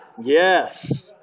Yes